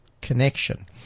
connection